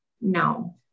No